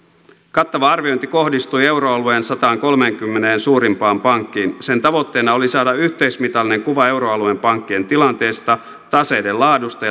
kattava arviointi kohdistui euroalueen sataankolmeenkymmeneen suurimpaan pankkiin sen tavoitteena oli saada yhteismitallinen kuva euroalueen pankkien tilanteesta taseiden laadusta